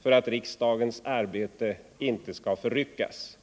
för att riksdagens arbete inte skall förryckas.